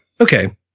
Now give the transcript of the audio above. Okay